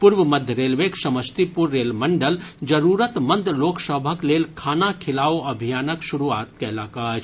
पूर्व मध्य रेलवेक समस्तीपुर रेल मंडल जरूरतमंद लोक सभक लेल खाना खिलाओ अभियान के शुरूआत कयलक अछि